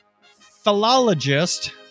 philologist